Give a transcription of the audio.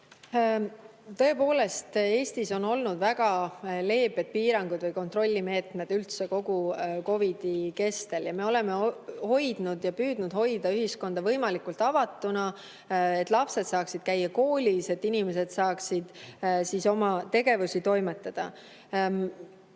Tõepoolest, Eestis on olnud väga leebed piirangud või kontrollimeetmed üldse kogu COVID‑i [epideemia] kestel. Me oleme hoidnud, püüdnud hoida ühiskonda võimalikult avatuna, et lapsed saaksid käia koolis, et inimesed saaksid oma tegevustega